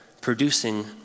producing